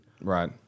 Right